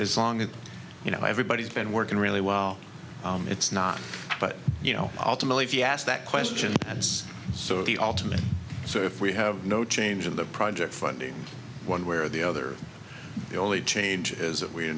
as long as you know everybody's been working really well it's not but you know ultimately if you ask that question that's so the ultimate so if we have no change in the project funding one way or the other the only change is that we